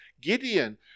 Gideon